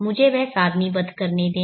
मुझे वह सारणीबद्ध करने दें